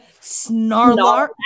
Snarlark